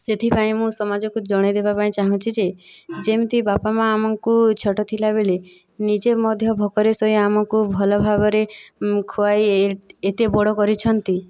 ସେଥିପାଇଁ ମୁଁ ସମାଜକୁ ଜଣାଇ ଦେବା ପାଇଁ ଚାହୁଁଛି ଯେ ଯେମିତି ବାପା ମା' ଆମକୁ ଛୋଟ ଥିଲାବେଳେ ନିଜେ ମଧ୍ୟ ଭୋକରେ ଶୋଇ ଆମକୁ ଭଲ ଭାବରେ ଖୁଆଇ ଏତେ ବଡ଼ କରିଛନ୍ତି